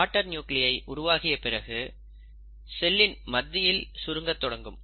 daughter நியூகிளியை உருவாகிய பிறகு செல்லின் மத்தியில் சுருங்கத் தொடங்கும்